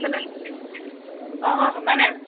hello অঁ মাইনা